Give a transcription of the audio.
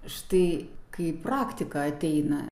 štai kai praktika ateina